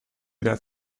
that